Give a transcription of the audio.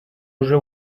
уже